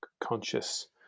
conscious